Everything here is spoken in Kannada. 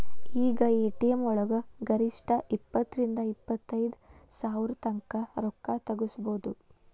ಈಗ ಎ.ಟಿ.ಎಂ ವಳಗ ಗರಿಷ್ಠ ಇಪ್ಪತ್ತರಿಂದಾ ಇಪ್ಪತೈದ್ ಸಾವ್ರತಂಕಾ ರೊಕ್ಕಾ ತಗ್ಸ್ಕೊಬೊದು